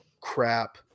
crap